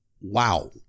wow